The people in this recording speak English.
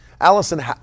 Allison